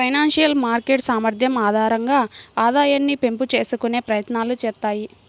financial market సామర్థ్యం ఆధారంగా ఆదాయాన్ని పెంపు చేసుకునే ప్రయత్నాలు చేత్తాయి